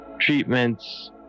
treatments